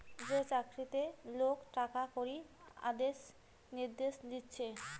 যে চাকরিতে লোক টাকা কড়ির আদেশ নির্দেশ দিতেছে